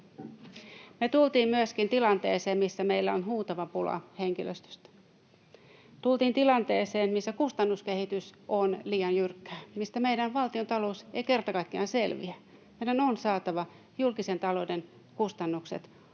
Me tultiin myöskin tilanteeseen, missä meillä on huutava pula henkilöstöstä. Tultiin tilanteeseen, missä kustannuskehitys on liian jyrkkää, mistä meidän valtiontalous ei kerta kaikkiaan selviä. Meidän on saatava julkisen talouden kustannukset ainakin